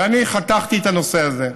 ואני חתכתי את הנושא הזה,